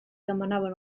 demanaven